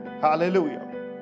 Hallelujah